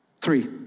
Three